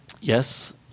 yes